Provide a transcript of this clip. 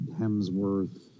Hemsworth